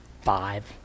five